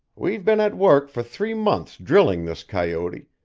we've been at work for three months drilling this coyote,